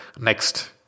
next